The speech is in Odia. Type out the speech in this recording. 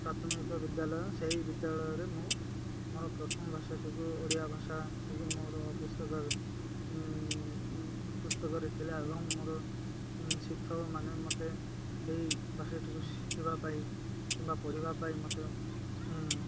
ପ୍ରାଥମିକ ବିଦ୍ୟାଳୟ ସେଇ ବିଦ୍ୟାଳୟରେ ମୁଁ ମୋର ପ୍ରଥମ ଭାଷାଟିକୁ ଓଡ଼ିଆ ଭାଷାଟିକୁ ମୋର ପୁସ୍ତକ ପୁସ୍ତକରେ ଥିଲା ଏବଂ ମୋର ଶିକ୍ଷକ ମାନେ ମୋତେ ସେଇ ଭାଷାଟିକୁ ଶିଖିବା ପାଇଁ କିମ୍ବା ପଢ଼ିବା ପାଇଁ ମୋତେ